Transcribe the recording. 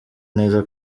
neza